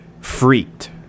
freaked